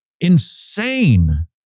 insane